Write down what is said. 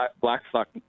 Blackstock